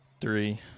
Three